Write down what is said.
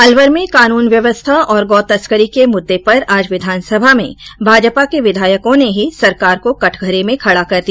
अलवर में कानून व्यवस्था और गौतस्करी के मुद्दे पर आज विधानसभा में भाजपा के विधायकों ने ही सरकार को कटघरे में खडा कर दिया